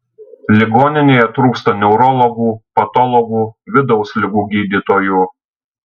ligoninėje trūksta neurologų patologų vidaus ligų gydytojų